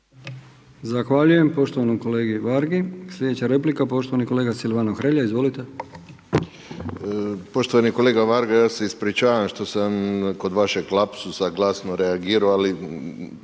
Zahvaljujem poštovanom kolegi Vargi. Sljedeća replika, poštovani kolega Silvano Hrelja, izvolite. **Hrelja, Silvano (HSU)** Poštovani kolega Varga, ja se ispričavam što sam kod vašeg lapsusa glasno reagirao ali